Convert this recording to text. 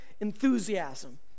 enthusiasm